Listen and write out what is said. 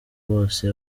bose